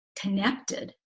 connected